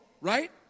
right